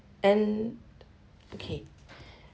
and okay